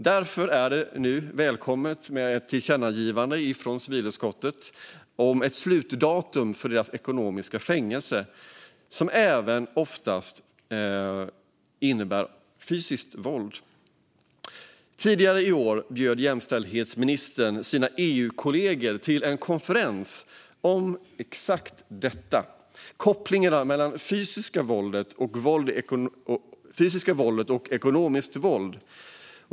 Därför är det nu välkommet med ett tillkännagivande från civilutskottet om ett slutdatum för detta ekonomiska fängelse som även oftast innebär fysiskt våld. Tidigare i år bjöd jämställdhetsministern in sina EU-kollegor till en konferens om just kopplingarna mellan fysiskt våld och ekonomiskt våld.